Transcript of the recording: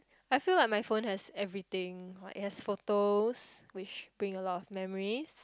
I feel like my phone has everything like it has photos which bring a lot of memories